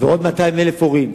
ועוד 200,000 הורים.